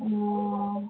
वाँ